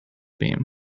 beam